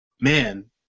man